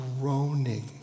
groaning